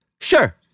Sure